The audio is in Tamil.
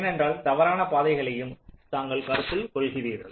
ஏனென்றால் தவறான பாதைகளையும் தாங்கள் கருத்தில் கொள்கிறீர்கள்